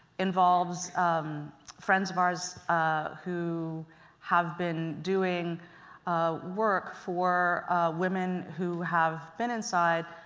involves um friends of ours ah who have been doing work for women who have been inside.